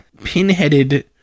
pinheaded